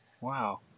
Wow